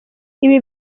ibi